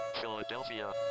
Philadelphia